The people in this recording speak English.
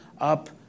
up